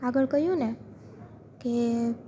આગળ કહ્યુંને કે